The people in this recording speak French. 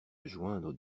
joindre